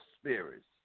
spirits